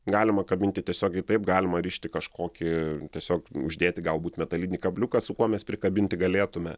galima kabinti tiesiogiai taip galima rišti kažkokį tiesiog uždėti galbūt metalinį kabliuką su kuo mes prikabinti galėtume